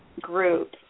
group